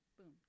Boom